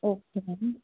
okay ma'am